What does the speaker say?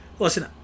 Listen